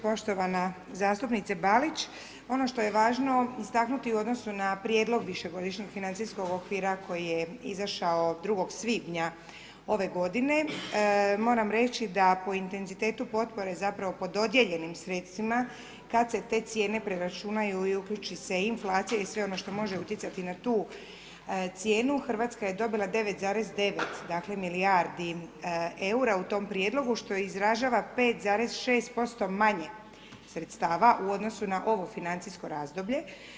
Poštovana zastupnice Balić, ono što je važno istaknuti i odnosu na prijedlog višegodišnjeg financijskog okvira koji je izašao 2. svibnja ove godine, moram reći da po intenzitetu potpore zapravo po dodijeljenim sredstvima, kad se te cijene preračunaju i uključi se inflacija i sve ono što može utjecati na tu cijenu, RH je dobila 9,9 milijardi eura u tom prijedlogu, što izražava 5,6% manje sredstava u odnosu na ovo financijsko razdoblje.